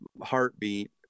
heartbeat